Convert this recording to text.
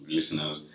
listeners